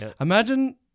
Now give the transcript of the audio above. Imagine